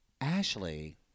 Ashley